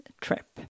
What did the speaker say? trip